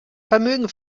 vermögen